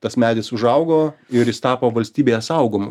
tas medis užaugo ir jis tapo valstybėje saugomu